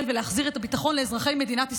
ולהחזיר את הביטחון לאזרחי מדינת ישראל,